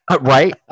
Right